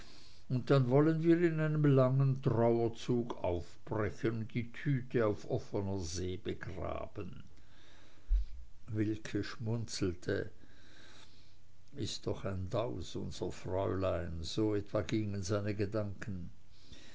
und dann wollen wir in einem langen trauerzug aufbrechen und die tüte auf offener see begraben wilke schmunzelte is doch ein daus unser fräulein so etwa gingen seine gedanken